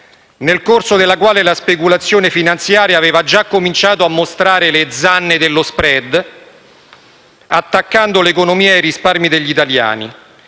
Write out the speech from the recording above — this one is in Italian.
nel corso della quale la speculazione finanziaria aveva già cominciato a mostrare le zanne dello *spread*, attaccando l'economia e i risparmi degli italiani,